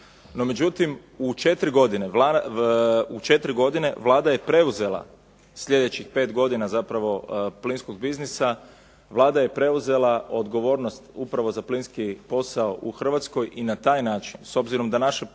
međutim, u četiri godine Vlada je preuzela sljedećih pet godina zapravo plinskog biznisa, Vlada je preuzela odgovornost upravo za plinski posao u Hrvatskoj i na taj način, s obzirom da naše tržište